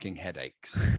headaches